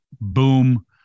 boom